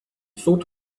thought